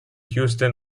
houston